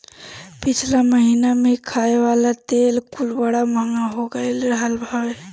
पिछला महिना में खाए वाला तेल कुल बड़ा महंग हो गईल रहल हवे